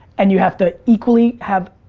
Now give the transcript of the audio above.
and you have to equally have,